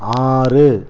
ஆறு